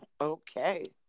Okay